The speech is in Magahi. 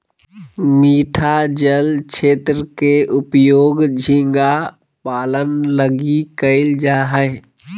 मीठा जल क्षेत्र के उपयोग झींगा पालन लगी कइल जा हइ